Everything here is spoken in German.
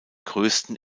größten